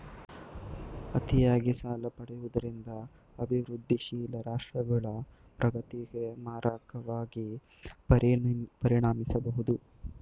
ಅತಿಯಾಗಿ ಸಾಲ ಪಡೆಯುವುದರಿಂದ ಅಭಿವೃದ್ಧಿಶೀಲ ರಾಷ್ಟ್ರಗಳ ಪ್ರಗತಿಗೆ ಮಾರಕವಾಗಿ ಪರಿಣಮಿಸಬಹುದು